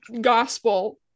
gospel